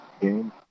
game